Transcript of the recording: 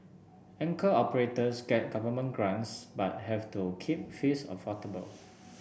anchor operators get government grants but have to keep fees affordable